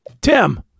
Tim